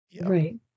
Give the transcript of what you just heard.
right